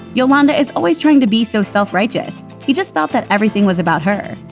yolanda is always trying to be so self-righteous he just felt that everything was about her.